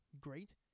great